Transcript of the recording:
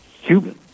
human